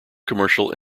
commercial